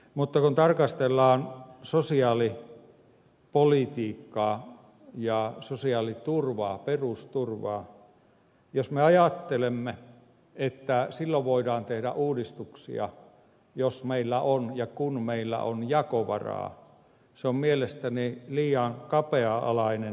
mutta kun tarkastellaan sosiaalipolitiikkaa ja sosiaaliturvaa perusturvaa niin jos me ajattelemme että silloin voidaan tehdä uudistuksia jos meillä on ja kun meillä on jakovaraa se on mielestäni liian kapea alainen näkökulma